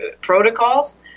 protocols